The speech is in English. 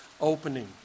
opening